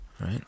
Right